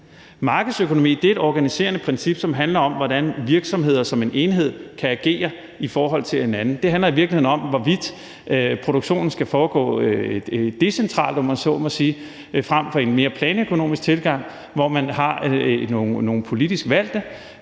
Markedsøkonomi er et organiserende princip, som handler om, hvordan virksomheder som en enhed kan agere i forhold til hinanden. Det handler i virkeligheden om, hvorvidt produktionen skal foregå decentralt, om man så må sige, frem for en mere planøkonomisk tilgang, hvor man har nogle politisk valgte,